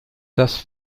das